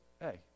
hey